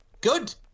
Good